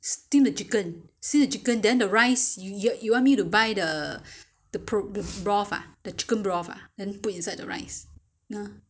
steam the chicken steam the chicken then the rice yo~ you want me to buy the the pro~ broth ah the chicken broth ah then put inside the rice !huh!